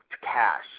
cash